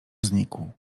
znikł